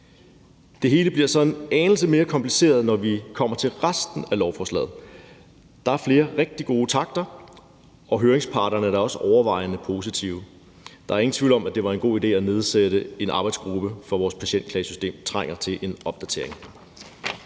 Det hele bliver så en anelse mere kompliceret, når vi kommer til resten af lovforslaget. Der er flere rigtig gode takter, og høringsparterne er da også overvejende positive. Der er ingen tvivl om, at det var en god idé at nedsætte en arbejdsgruppe, for vores patientklagesystem trænger til en opdatering.